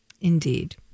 Indeed